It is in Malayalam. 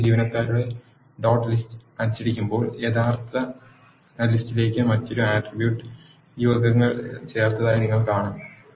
ഈ പുതിയ ജീവനക്കാരുടെ ഡോട്ട് ലിസ്റ്റ് അച്ചടിക്കുമ്പോൾ നിങ്ങൾ യഥാർത്ഥ ലിസ്റ്റ് യിലേക്ക് മറ്റൊരു ആട്രിബ്യൂട്ട് യുഗങ്ങൾ ചേർത്തതായി നിങ്ങൾ കാണും